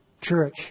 church